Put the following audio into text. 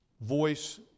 voice